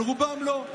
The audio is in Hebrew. אבל רובם לא.